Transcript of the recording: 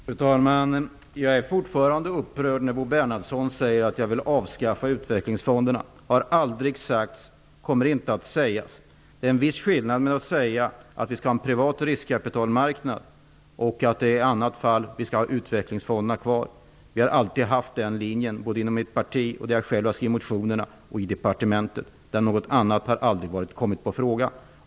Fru talman! Jag är fortfarande upprörd när Bo Bernhardsson säger att jag vill avskaffa utvecklingsfonderna. Det har aldrig sagts och kommer inte att sägas. Det är en viss skillnad mellan att säga att vi skall ha en privat riskkapitalmarknad och att vi i annat fall skall ha utvecklingsfonderna kvar. Vi har alltid drivit den linjen, både inom mitt parti, där det är jag själv som har väckt motionerna, och i departementet. Något annat har aldrig kommit på fråga.